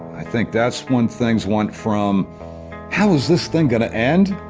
i think that's when things went from how is this thing gonna end?